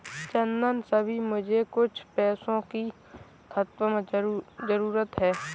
चंदन अभी मुझे कुछ पैसों की सख्त जरूरत है